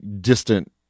distant